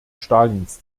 stalins